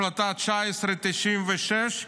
החלטה 1996,